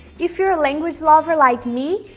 if you're a language lover like me,